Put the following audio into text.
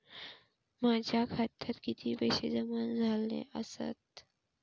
माझ्या खात्यात किती पैसे जमा झाले आसत?